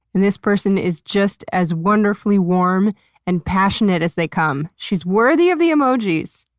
and this person is just as wonderfully warm and passionate as they come. she's worthy of the emojis!